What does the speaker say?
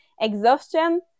exhaustion